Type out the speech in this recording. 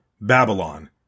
Babylon